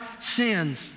sins